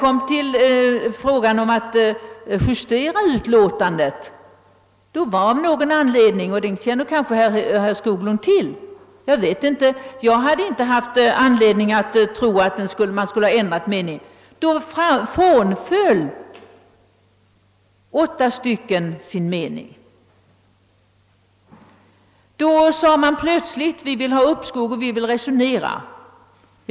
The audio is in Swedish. När vi sedan skulle justera utlåtandet — jag hade då inte haft anledning att tro att dessa åtta ledamöter skulle ändra mening, men herr Skoglund kanske känner till den saken — frånträdde dessa utskottsledamöter sin mening. Då sade de plötsligt, att »vi vill ha uppskov, vi vill resonera om saken».